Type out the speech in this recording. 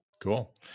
cool